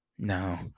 No